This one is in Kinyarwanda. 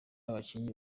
abakinnyi